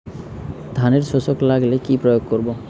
ধানের শোষক লাগলে কি প্রয়োগ করব?